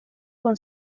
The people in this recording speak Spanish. con